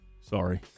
Sorry